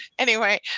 anyway,